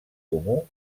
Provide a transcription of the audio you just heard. comú